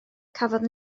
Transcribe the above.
cafodd